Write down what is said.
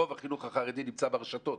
רוב החינוך החרדי נמצא ברשתות,